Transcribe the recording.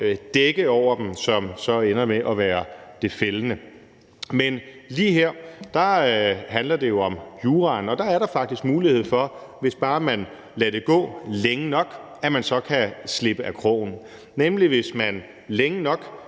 dække over dem, som så ender med at være det fældende. Men lige her handler det jo om juraen, og der er der faktisk mulighed for, hvis bare man lader der gå længe nok, at man kan slippe af krogen, nemlig hvis man længe nok